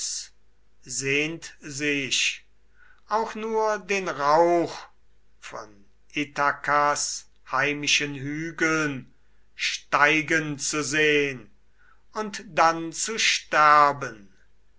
sehnt sich auch nur den rauch von ithakas heimischen hügeln steigen zu sehn und dann zu sterben